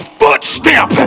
footstep